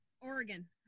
Oregon